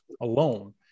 alone